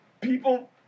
people